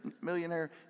Millionaire